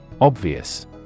Obvious